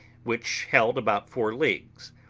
which held about four leagues.